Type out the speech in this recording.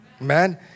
Man